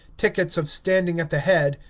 tickets of standing at the head,